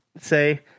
say